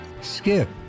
skip